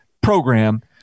program